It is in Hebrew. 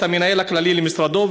את המנהל הכללי של משרדו,